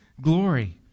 glory